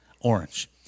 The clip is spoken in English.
orange